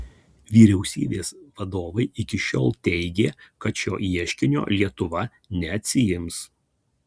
vyriausybės vadovai iki šiol teigė kad šio ieškinio lietuva neatsiims